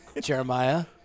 Jeremiah